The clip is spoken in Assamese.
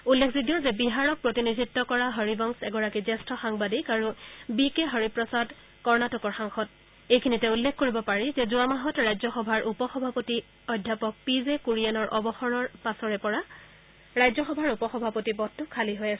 উল্লেখযোগ্য যে বিহাৰক প্ৰতিনিধিত্ব কৰা হৰিবংশ এগৰাকী জ্যেষ্ঠ সাংবাদিক আৰু বি কে হৰিপ্ৰসাদে কৰ্ণাটক সাংসদ এইখিনিতে উল্লেখ কৰিব পাৰি যে যোৱা মাহত ৰাজ্যসভাৰ উপসভাপতি অধ্যাপক পি জে কুৰিয়েনৰ অৱসৰ পাছৰে পৰা ৰাজ্যসভাৰ উপসভাপতি পদটো খালী হৈ আছে